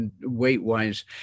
weight-wise